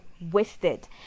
wasted